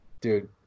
Dude